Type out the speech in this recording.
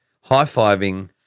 high-fiving